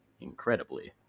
incredibly